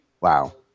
Wow